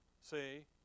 See